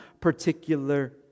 particular